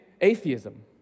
atheism